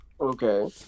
Okay